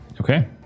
okay